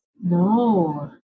no